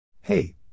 Hey